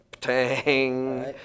tang